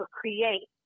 create